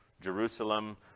Jerusalem